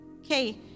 okay